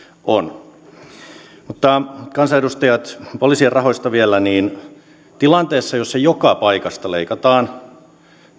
on kansanedustajat poliisien rahoista vielä tilanteessa jossa joka paikasta leikataan